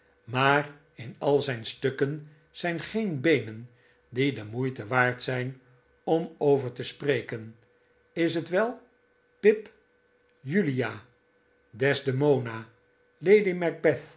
maar in al zijn stukken zijn geen beenen die de moeite waard zijn om over te spreken is t wel pip julia desdemona lady